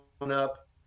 up